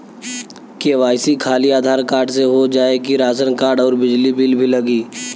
KYC खाली Aadhaar card से हो जाए कि राशन कार्ड अउर बिजली बिल भी लगी?